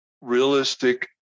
realistic